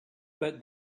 but